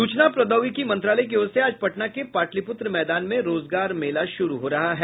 सूचना प्रौद्योगिकी मंत्रालय की ओर से आज पटना के पाटलिपुत्र मैदान में रोजगार मेला शुरू हो रहा है